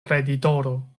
kreditoro